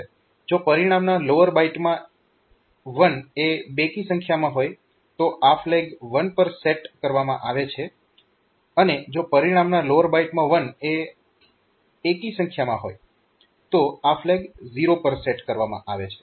જો પરિણામના લોઅર બાઈટમાં 1 એ બેકી સંખ્યામાં હોય તો આ ફ્લેગ 1 પર સેટ કરવામાં આવે છે અને જો પરિણામના લોઅર બાઈટમાં 1 એ એકી સંખ્યામાં હોય તો આ ફ્લેગ 0 પર સેટ કરવામાં આવે છે